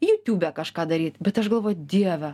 jutiūbe kažką daryt bet aš galvoju dieve